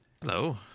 hello